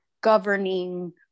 governing